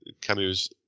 Camus